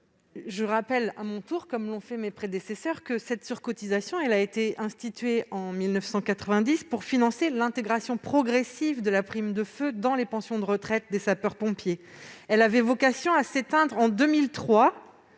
Je rappelle à mon tour que cette surcotisation a été instituée en 1990 pour financer l'intégration progressive de la prime de feu dans les pensions de retraite des sapeurs-pompiers. Alors qu'elle avait vocation à s'éteindre en 2003,